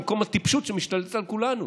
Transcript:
במקום הטיפשות שמשתלטת על כולנו?